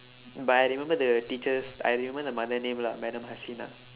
but I remember the teacher's I remember the mother name lah madam hasina